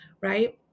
right